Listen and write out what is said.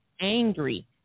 angry